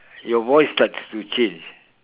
your voice starts to change